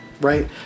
right